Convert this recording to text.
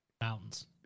mountains